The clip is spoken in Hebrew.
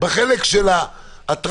בחלק של האטרקציות,